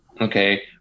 Okay